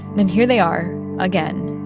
then here they are again,